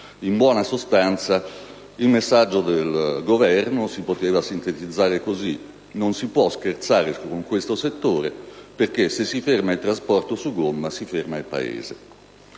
In buona sostanza, il messaggio del Governo si poteva sintetizzare così: non si può scherzare con questo settore perché, se si ferma il trasporto su gomma, si ferma il Paese.